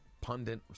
pundit